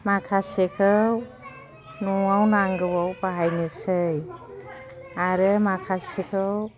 माखासेखौ न'आव नांगौआव बाहायनोसै आरो माखासेखौ